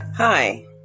Hi